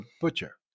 butcher